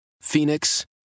Phoenix